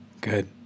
Good